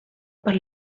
per